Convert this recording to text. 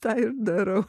tą ir darau